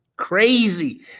crazy